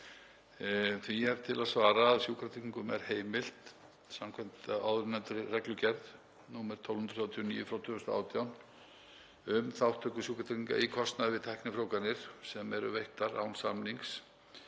Því er til að svara að sjúkratryggingum er heimilt, samkvæmt áðurnefndri reglugerð nr. 1239/2018, um þátttöku sjúkratrygginga í kostnaði við tæknifrjóvganir sem eru veittar án samnings,